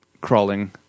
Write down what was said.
crawling